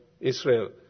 Israel